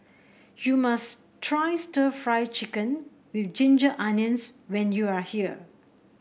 you must try stir Fry Chicken with Ginger Onions when you are here